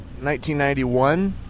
1991